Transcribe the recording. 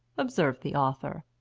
observed the author.